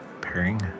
pairing